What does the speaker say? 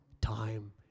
time